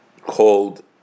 called